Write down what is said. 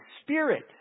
Spirit